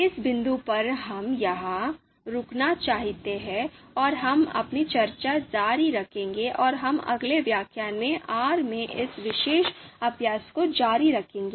इस बिंदु पर हम यहां रुकना चाहते हैं और हम अपनी चर्चा जारी रखेंगे और हम अगले व्याख्यान में आर में इस विशेष अभ्यास को जारी रखेंगे